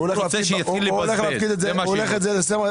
הוא רוצה להפקיד את זה בבנק.